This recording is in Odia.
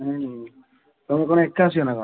ନାଇଁ ତମେ କଣ ଏକା ଆସିବ ନା କଣ